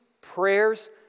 prayers